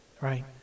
right